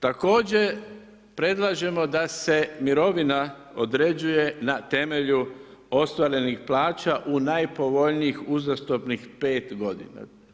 Također, predlažemo da se mirovina određuje na temelju ostvarenih plaća u najpovoljnijih uzastopnih 5 godina.